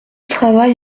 travail